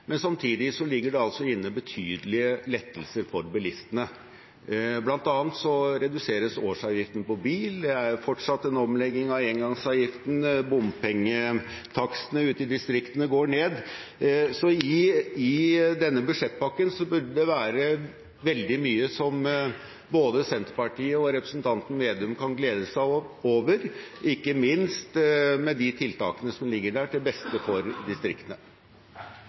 men samtidig ligger det inne betydelige lettelser for bilistene. Blant annet reduseres årsavgiften på bil, det er fortsatt en omlegging av engangsavgiften, og bompengetakstene ute i distriktene går ned, så i denne budsjettpakken burde det være veldig mye som både Senterpartiet og representanten Slagsvold Vedum kan glede seg over, ikke minst med de tiltakene som ligger der, til beste for distriktene.